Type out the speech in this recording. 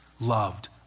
Loved